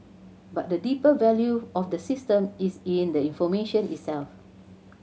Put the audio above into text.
but the deeper value of the system is in the information itself